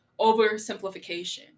oversimplification